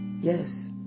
yes